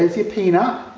your peanut.